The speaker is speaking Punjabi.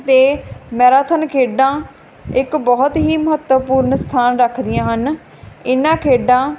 ਅਤੇ ਮੈਰਾਥਨ ਖੇਡਾਂ ਇੱਕ ਬਹੁਤ ਹੀ ਮਹੱਤਵਪੂਰਨ ਸਥਾਨ ਰੱਖਦੀਆਂ ਹਨ ਇਹਨਾਂ ਖੇਡਾਂ